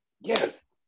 yes